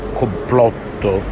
complotto